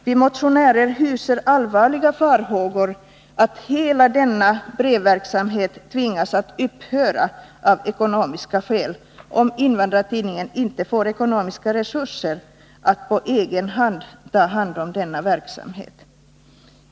Vi motionärer hyser allvarliga farhågor för att hela denna brevverksamhet tvingas att upphöra av ekonomiska skäl, om Invandrartidningen inte får ekonomiska resurser för att på egen hand ta hand om denna verksamhet.